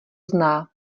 zná